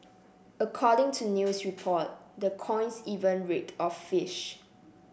according to news report the coins even reeked of fish